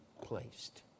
placed